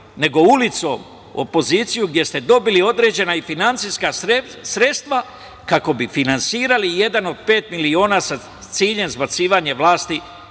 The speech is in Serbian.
nego ulicom, opozicije, gde ste dobili određena i finansijska sredstva kako bi finansirali „Jedan od pet miliona“ sa ciljem zbacivanja sa vlasti